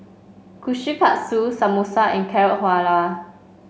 Kushikatsu Samosa and Carrot Halwa